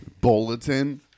Bulletin